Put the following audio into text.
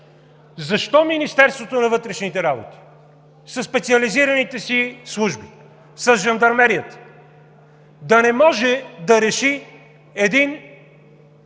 Защо Министерството на външните работи със специализираните си служби, със Жандармерията да не може да реши един,